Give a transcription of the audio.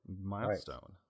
Milestone